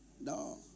No